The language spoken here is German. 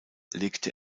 legte